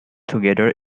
together